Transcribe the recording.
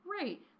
Right